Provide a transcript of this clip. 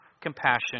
compassion